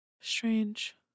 Strange